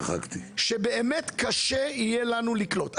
שבאמת קשה יהיה לנו לקלוט.